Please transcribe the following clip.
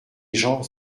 gens